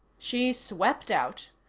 she swept out.